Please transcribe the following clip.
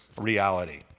reality